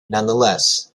nonetheless